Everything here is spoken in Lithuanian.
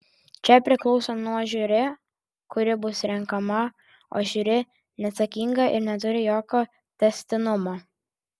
čia priklauso nuo žiuri kuri bus renkama o žiuri neatsakinga ir neturi jokio tęstinumo